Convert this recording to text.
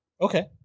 Okay